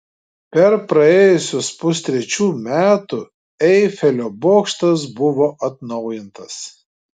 per praėjusius pustrečių metų eifelio bokštas buvo atnaujintas